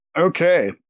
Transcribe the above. Okay